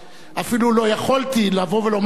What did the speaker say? אפילו לא יכולתי לבוא ולומר לך,